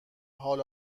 حال